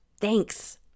Thanks